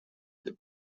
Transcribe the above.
the